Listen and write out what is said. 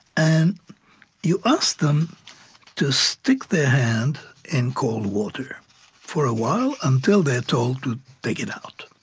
and you ah ask them to stick their hand in cold water for a while, until they're told to take it out.